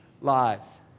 lives